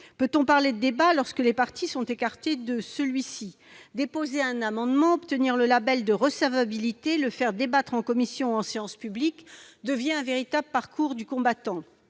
Peut-on parler de débat lorsque les partis sont écartés de celui-ci ? Déposer un amendement, obtenir le label de recevabilité, le faire examiner en commission ou en séance publique devient un véritable parcours du combattant